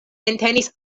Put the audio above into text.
entenis